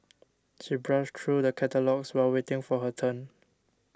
she browsed through the catalogues while waiting for her turn